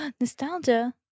Nostalgia